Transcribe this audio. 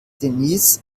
denise